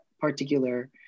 particular